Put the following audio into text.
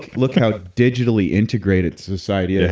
look how digitally integrated society is.